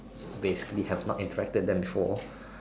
basically have not impacted them before